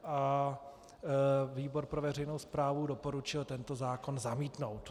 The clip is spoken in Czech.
A výbor pro veřejnou správu doporučil tento zákon zamítnout.